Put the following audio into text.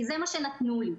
כי זה מה שנתנו לי.